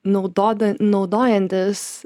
naudoda naudojantis